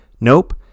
Nope